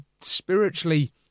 spiritually